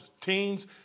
teens